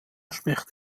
spricht